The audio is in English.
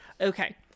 Okay